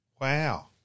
Wow